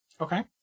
Okay